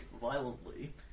violently